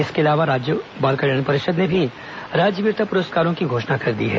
इसके अलावा राज्य बाल कल्याण परिषद ने भी राज्य वीरता पुरस्कारों की घोषणा कर दी है